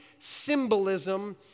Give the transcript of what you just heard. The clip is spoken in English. symbolism